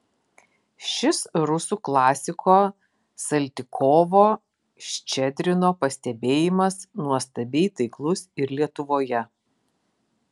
šis rusų klasiko saltykovo ščedrino pastebėjimas nuostabiai taiklus ir lietuvoje